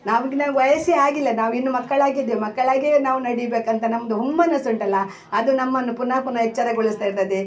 ನಾವು ಗ್ ನಾವು ವಯಸ್ಸೇ ಆಗಿಲ್ಲ ನಾವು ಇನ್ನೂ ಮಕ್ಕಳಾಗಿದ್ದೆ ಮಕ್ಕಳಾಗೇ ನಾವು ನಡೀಬೇಕಂತ ನಮ್ಮದು ಹುಮ್ಮಸ್ಸುಂಟಲ್ಲ ಅದು ನಮ್ಮನ್ನು ಪುನಃ ಪುನಃ ಎಚ್ಚರಗೊಳಿಸ್ತಾ ಇರ್ತದೆ